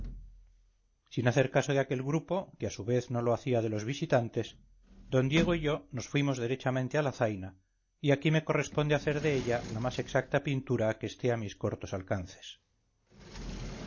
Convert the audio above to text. sin hacer caso de aquel grupo que a su vez no lo hacía de los visitantes d diego y yo nos fuimos derechamente a la zaina y aquí me corresponde hacer de ella la más exacta pintura que esté a mis cortos alcances